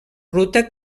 ruta